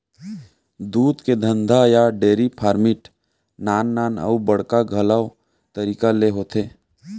दूद के धंधा या डेरी फार्मिट नान नान अउ बड़का घलौ तरीका ले होथे